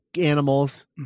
animals